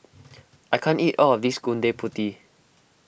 I can't eat all of this Gudeg Putih